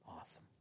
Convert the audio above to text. Awesome